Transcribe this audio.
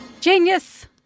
Genius